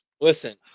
Listen